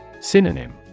Synonym